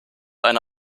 eine